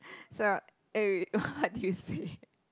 so eh wait wait what did you say